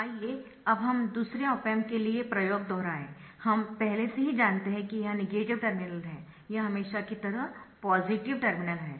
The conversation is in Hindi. आइए अब हम दूसरे ऑप एम्प के लिए प्रयोग दोहराएं हम पहले से ही जानते है कि यह नेगेटिव टर्मिनल है यह हमेशा की तरह पॉजिटिव टर्मिनल है